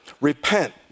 Repent